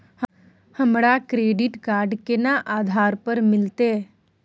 हमरा credit card केना आधार पर मिलते?